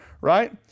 right